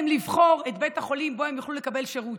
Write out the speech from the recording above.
לבחור את בית החולים שבו הם יוכלו לקבל שירות,